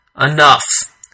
Enough